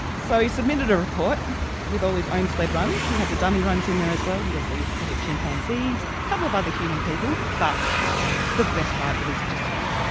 so he submitted a report with all his own sled runs, he had the dummy runs in there as well, he also used a couple of chimpanzees and a couple of other human people. but for the best part it was just him.